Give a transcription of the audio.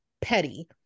petty